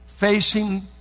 Facing